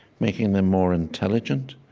making them more intelligent,